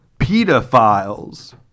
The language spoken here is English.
Pedophiles